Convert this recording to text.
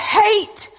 hate